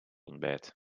ontbijt